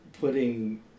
putting